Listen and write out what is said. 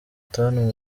tanu